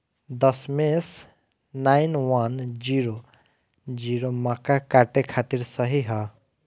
दशमेश nine one zero zero मक्का काटे खातिर सही ह?